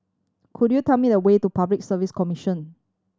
could you tell me the way to Public Service Commission